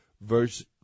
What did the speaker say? verse